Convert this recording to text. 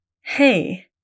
hey